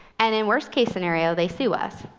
and in worst-case scenario, they sue us.